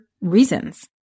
reasons